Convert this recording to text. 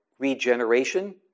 Regeneration